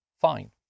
fine